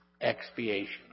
expiation